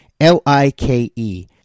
L-I-K-E